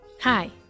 Hi